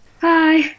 Hi